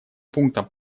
пунктам